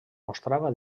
mostrava